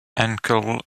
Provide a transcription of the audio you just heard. uncle